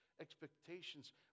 expectations